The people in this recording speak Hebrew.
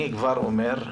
אני כבר אומר,